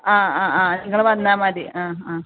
ആ ആ ആ നിങ്ങൾ വന്നാൽ മതി ആ ആ